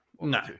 No